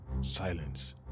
Silence